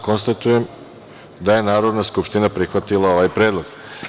Konstatujem da je Narodna skupština prihvatila ovaj predlog.